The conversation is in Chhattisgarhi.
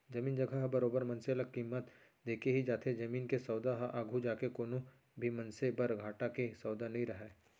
जमीन जघा ह बरोबर मनसे ल कीमत देके ही जाथे जमीन के सौदा ह आघू जाके कोनो भी मनसे बर घाटा के सौदा नइ रहय